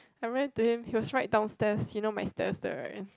I went to him he was right downstairs he know my stairs there right